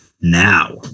now